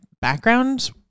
background